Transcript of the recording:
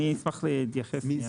אני אשמח להתייחס רגע.